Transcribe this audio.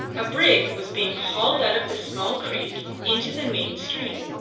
a brig was being hauled out of the small creek into the main stream.